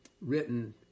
written